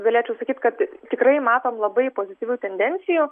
galėčiau sakyt kad tikrai matom labai pozityvių tendencijų